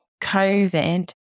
COVID